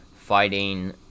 fighting